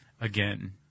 again